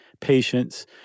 patients